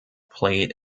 played